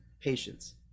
patience